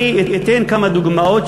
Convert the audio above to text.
אני אתן כמה דוגמאות,